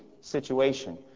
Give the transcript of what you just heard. situation